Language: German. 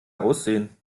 aussehen